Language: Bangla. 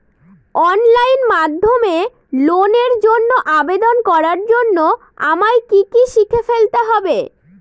অনলাইন মাধ্যমে লোনের জন্য আবেদন করার জন্য আমায় কি কি শিখে ফেলতে হবে?